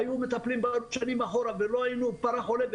היו מטפלים בנו שנים אחורה ולא היינו פרה חולבת